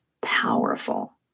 powerful